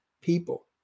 people